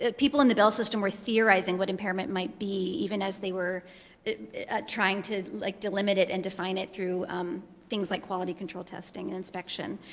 people in the bell system were theorizing what impairment might be, even as they were trying to like delimit it and define it through things like quality control testing and inspection.